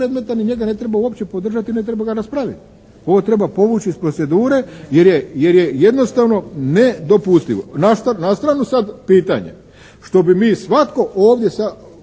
bespredmetan i njega ne treba uopće podržati, ne treba ga raspravit. Ovo treba povući iz procedure jer je jednostavno nedopustivo. Na stranu sad pitanje što bi mi svatko ovdje sa